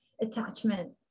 attachment